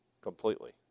Completely